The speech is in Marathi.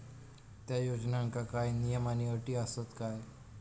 त्या योजनांका काय नियम आणि अटी आसत काय?